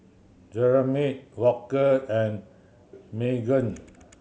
Jeremy Walker and Maegan